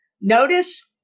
Notice